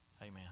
Amen